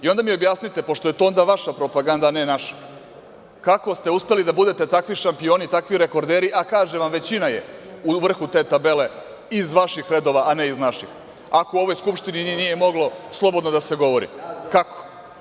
I onda mi objasnite, pošto je to vaša propaganda, a ne naša – kako ste uspeli da budete kakvi šampioni, takvi rekorderi, a kažem vam, većina je u vrhu te tabele iz vaših redova, a ne iz naših, ako u ovoj skupštini nije moglo slobodno da se govori, kako?